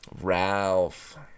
Ralph